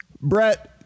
Brett